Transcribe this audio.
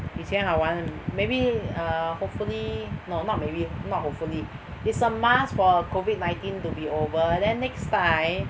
以前好玩 maybe err hopefully no not maybe not hopefully is a must for COVID nineteen to be over then next time